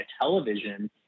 television